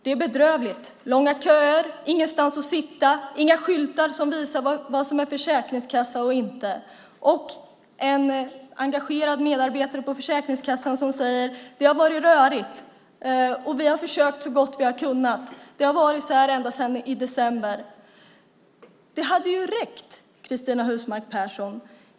Det är bedrövligt. Det är långa köer, ingenstans att sitta och inga skyltar som visar vad som är Försäkringskassan och inte. En engagerad medarbetare på Försäkringskassan säger: Det har varit rörigt, och vi har försökt så gott vi har kunnat. Det har varit så här ända sedan i december. Cristina Husmark Pehrsson!